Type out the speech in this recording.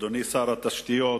אדוני שר התשתיות,